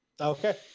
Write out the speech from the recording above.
Okay